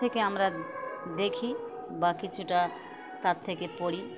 থেকে আমরা দেখি বা কিছুটা তার থেকে পড়ি